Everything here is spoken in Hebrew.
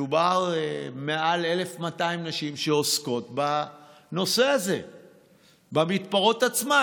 מדובר על מעל 1,200 נשים שעוסקות בנושא הזה במתפרות עצמן.